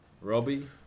robbie